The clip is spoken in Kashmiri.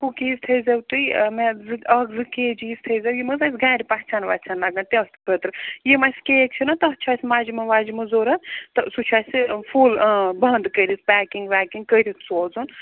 کُکیٖز تھٲزیو تُہۍ مےٚ زٕ اکھ زٕ کے جیٖز تھٲے زیو یِم حظ اَسہِ گَرِ پژھٮ۪ن وَژھٮ۪ن لگن تیتھ خٲطرٕ یِم اَسہِ کیک چھِنَہ تتھ چھُ اَسہِ مجمہٕ وجمہٕ ضوٚرَتھ تہٕ سُہ چھُ اَسہِ فُل بنٛد کٔرِتھ پٮ۪کِنٛگ وٮ۪کِنٛگ کٔرِتھ سوزُن